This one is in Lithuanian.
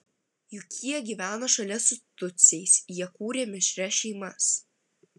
juk jie gyveno šalia su tutsiais jie kūrė mišrias šeimas